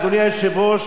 אדוני היושב-ראש,